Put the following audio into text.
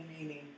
meaning